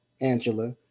Angela